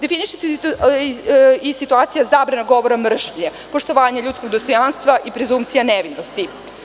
Definiše se i situacija zabrane govora mržnje, poštovanje ljudskog dostojanstva i prezumcija nevinosti.